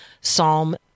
Psalm